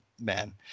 man